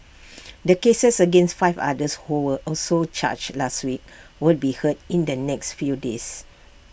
the cases against five others who were also charged last week will be heard in the next few days